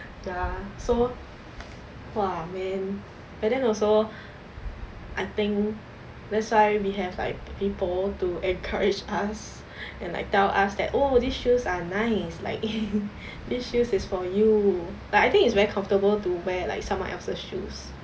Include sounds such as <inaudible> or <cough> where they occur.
ya so !wah! man but then also I think that's why we have like people to encourage us and like tell us that oh these shoes are nice like <laughs> these shoes is for you like I think it's very comfortable to wear like someone else's shoes